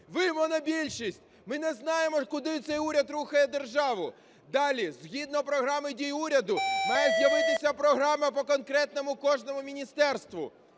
Ви, монобільшість, ми не знаємо куди цей уряд рухає державу. Далі. Згідно програми дій уряду має з'явитися програма по конкретному кожному міністерству.